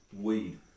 weed